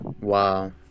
Wow